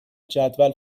جدول